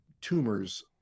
tumors